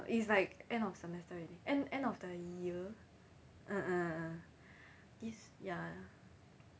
it's like end of semester already end end of the year ah ah ah ah it's ya